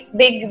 big